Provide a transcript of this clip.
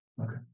Okay